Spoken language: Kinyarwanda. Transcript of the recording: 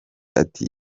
ati